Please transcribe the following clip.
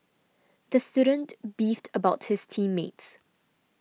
the student beefed about his team mates